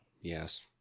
Yes